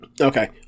Okay